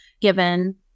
given